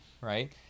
right